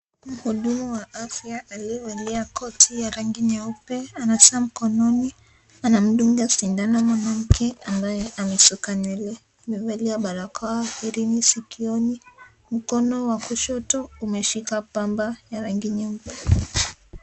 Mhudumu wa afya aliyevalia koti la rangi nyeupe ana saa mkononi anamdunga sindano mwanamke ambaye amesuka nywele amevalia barakoa ,herini sikioni, mkono wa kushoto umeshika pampa ya rangi nyeupe.